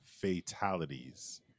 fatalities